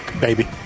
Baby